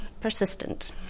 persistent